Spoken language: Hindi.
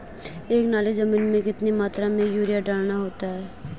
एक नाली जमीन में कितनी मात्रा में यूरिया डालना होता है?